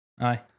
Aye